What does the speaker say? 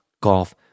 golf